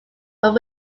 from